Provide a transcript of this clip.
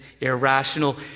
irrational